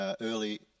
early